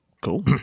Cool